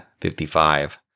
55